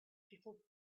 people